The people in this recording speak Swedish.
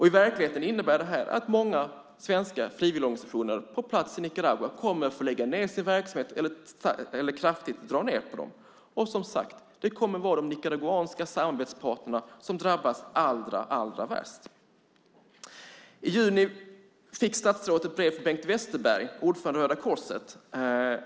I verkligheten innebär det här att många svenska frivilligorganisationer på plats i Nicaragua kommer att få lägga ned sin verksamhet eller kraftigt dra ned på den. Och, som sagt, det kommer att vara de nicaraguanska samarbetsparterna som drabbas allra, allra värst. I juni fick statsrådet ett brev från Bengt Westerberg, ordförande i Röda Korset.